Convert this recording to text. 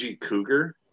cougar